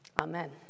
Amen